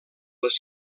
les